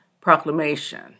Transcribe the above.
Proclamation